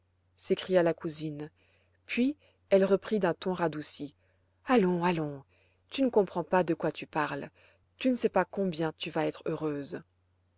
s'écria la cousine puis elle reprit d'un ton radouci allons allons tu ne comprends pas de quoi tu parles tu ne sais pas combien tu vas être heureuse